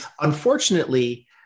Unfortunately